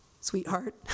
sweetheart